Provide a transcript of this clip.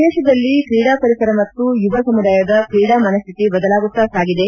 ದೇಶದಲ್ಲಿ ಕ್ರೀಡಾ ಪರಿಸರ ಮತ್ತು ಯುವ ಸಮುದಾಯದ ಕ್ರೀಡಾ ಮನ್ಯಾತಿ ಬದಲಾಗುತ್ತಾ ಸಾಗಿದೆ